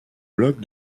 bloc